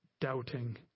doubting